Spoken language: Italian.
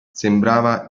sembrava